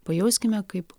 pajauskime kaip